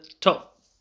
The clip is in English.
top